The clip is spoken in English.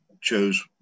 chose